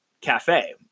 Cafe